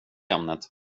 ämnet